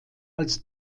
als